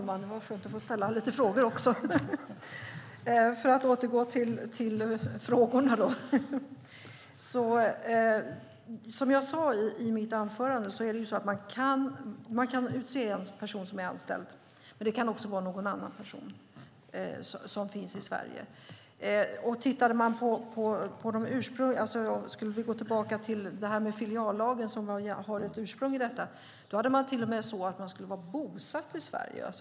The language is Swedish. Herr talman! Som jag sade i mitt anförande kan man utse en person som är anställd, men det kan också vara någon annan person som finns i Sverige. Skulle vi gå tillbaka till filiallagen, där det finns ett ursprung, var det till och med så att man skulle vara bosatt i Sverige.